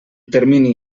termini